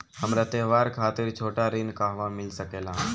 हमरा त्योहार खातिर छोटा ऋण कहवा मिल सकेला?